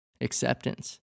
acceptance